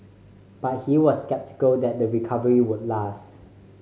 but he was sceptical that the recovery would last